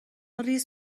ریز